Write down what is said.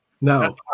No